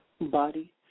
body